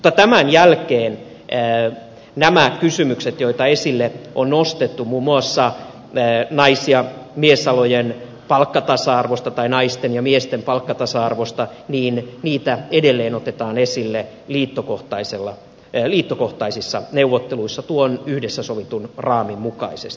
mutta tämän jälkeen näitä kysymyksiä joita esille on nostettu muun muassa nais ja miesalojen palkkatasa arvosta tai naisten ja miesten palkkatasa arvosta otetaan edelleen esille liittokohtaisissa neuvotteluissa tuon yhdessä sovitun raamin mukaisesti